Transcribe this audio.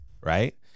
right